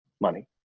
money